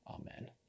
Amen